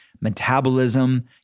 metabolism